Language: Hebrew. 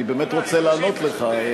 אני באמת רוצה לענות לך.